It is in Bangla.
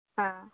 হ্যাঁ